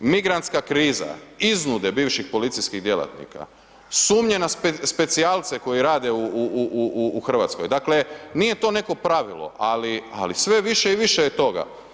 Migrantska kriza, iznude bivših policijskih djelatnika, sumnje na specijalce koji rade u Hrvatskoj, dakle, nije to neko pravilo ali sve više i više je toga.